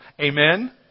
Amen